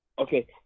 Okay